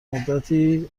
مدتی